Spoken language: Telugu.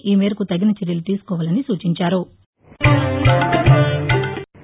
ఈ మేరకు తగిన చర్యలు తీసుకోవాలని సూచించారు